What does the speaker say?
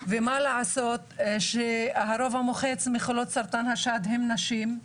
ומה לעשות שהרוב המוחץ של חולות סרטן השד הן נשים,